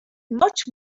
much